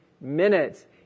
minutes